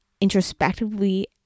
introspectively